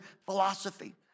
philosophy